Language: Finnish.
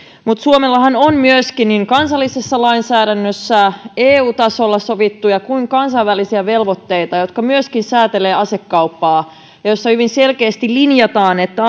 mutta suomellahan on myöskin niin kansallisessa lainsäädännössä eu tasolla sovittuja kuin kansainvälisiä velvoitteita jotka myöskin säätelevät asekauppaa ja joissa hyvin selkeästi linjataan että